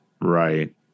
Right